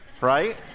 right